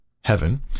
heaven